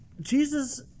Jesus